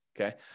Okay